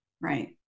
Right